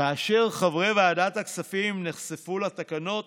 כאשר חברי ועדת הכספים נחשפו לתקנות